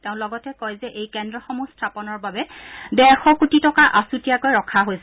তেওঁ লগতে কয় যে এই কেন্দ্ৰ সমূহ স্থাপনৰ বাবে ডেৰশ কৌটি টকা আচূতীয়াকৈ ৰখা হৈছে